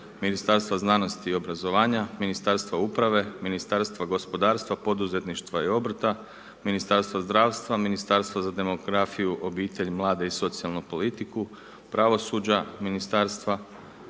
Ministarstva znanosti i obrazovanja, Ministarstva uprave, Ministarstva gospodarstva, poduzetništva i obrta, Ministarstvo zdravstva, Ministarstvo za demografiju, obitelj, mlade i socijalnu politiku, pravosuđa, Ministarstvo